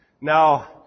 Now